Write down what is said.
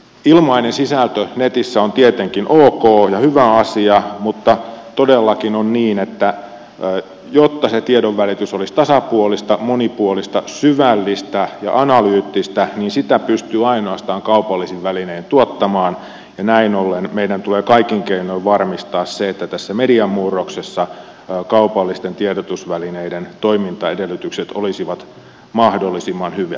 ilmainen sisältö netissä on tietenkin ok ja hyvä asia mutta todellakin on niin että jotta se tiedonvälitys olisi tasapuolista monipuolista syvällistä ja analyyttistä sitä pystyy ainoastaan kaupallisin välinein tuottamaan ja näin ollen meidän tulee kaikin keinoin varmistaa se että tässä median murroksessa kaupallisten tiedotusvälineiden toimintaedellytykset olisivat mahdollisimman hyvät